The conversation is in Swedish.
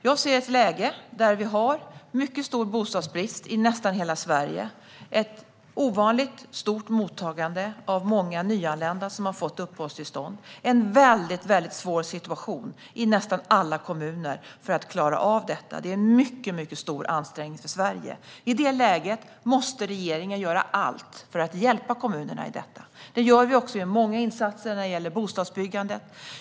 Jag ser ett läge där vi har mycket stor bostadsbrist i nästan hela Sverige och ett ovanligt stort mottagande av många nyanlända som har fått uppehållstillstånd. Det är en väldigt svår situation i nästan alla kommuner när det gäller att klara av detta. Det är en mycket stor ansträngning för Sverige. I detta läge måste regeringen göra allt för att hjälpa kommunerna. Det gör vi också genom många insatser för bostadsbyggande.